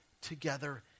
together